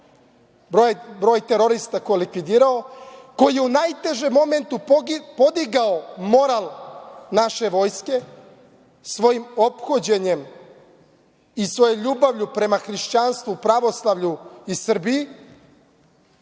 likvidirao, koji je u najtežem momentu podigao moral naše vojske svojim ophođenjem i svojom ljubavlju prema hrišćanstvu, pravoslavlju i Srbiji,